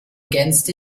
against